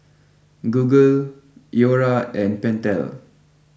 Google Iora and Pentel